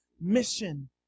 mission